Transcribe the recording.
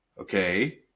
Okay